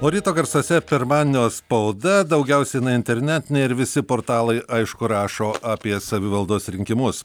o ryto garsuose pirmadienio spauda daugiausia jinai internetinė ir visi portalai aišku rašo apie savivaldos rinkimus